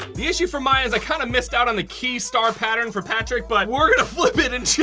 the issue for mine is i kind of missed out on the key star pattern for patrick, but we're gonna flip it and